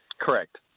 Correct